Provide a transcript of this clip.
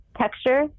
texture